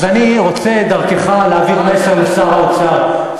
אז אני רוצה דרכך להעביר מסר לשר האוצר: